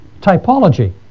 typology